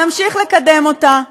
נמשיך לקדם אותה כאן,